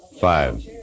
Five